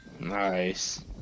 Nice